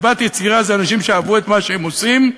חדוות יצירה, אנשים שאהבו את מה שהם עושים,